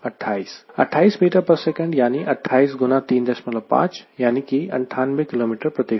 छात्र 28 28 ms यानी कि 28 गुना 35 यानी कि 98 kmhr